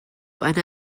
eine